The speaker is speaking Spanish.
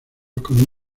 con